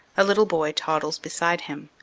a little boy toddles beside him.